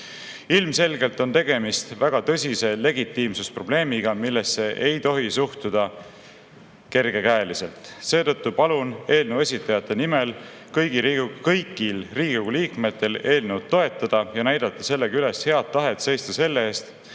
Ilmselgelt on tegemist väga tõsise legitiimsusprobleemiga, millesse ei tohi suhtuda kergekäeliselt. Seetõttu palun eelnõu esitajate nimel kõigil Riigikogu liikmetel eelnõu toetada ja näidata sellega üles head tahet seista selle